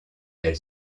elle